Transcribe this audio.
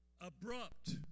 abrupt